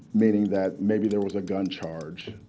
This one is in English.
meaning that maybe there was a gun charge,